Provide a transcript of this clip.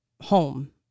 home